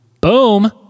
Boom